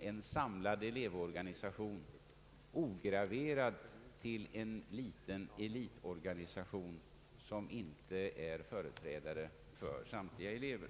en samlad elevorganisation, ograverat till en liten elitorganisation, som inte är företrädare för samtliga elever.